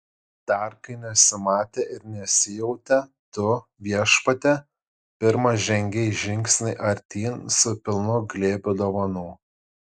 dar kai nesimatė ir nesijautė tu viešpatie pirmas žengei žingsnį artyn su pilnu glėbiu dovanų